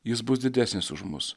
jis bus didesnis už mus